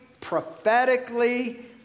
prophetically